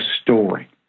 story